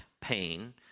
pain